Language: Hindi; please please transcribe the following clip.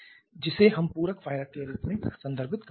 जिसे हम पूरक फायर के रूप में संदर्भित कर सकते हैं